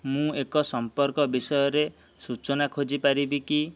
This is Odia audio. ମୁଁ ଏକ ସମ୍ପର୍କ ବିଷୟରେ ସୂଚନା ଖୋଜି ପାରିବି କି